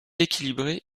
équilibré